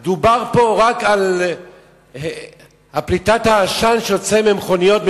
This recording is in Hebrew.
שבה דובר רק על פליטת העשן שיוצא מהמכוניות,